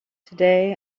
today